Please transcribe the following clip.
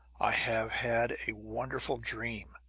i have had a wonderful dream!